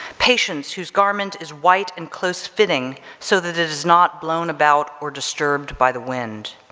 patience, whose garment is white and close-fitting so that it is not blown about or disturbed by the wind.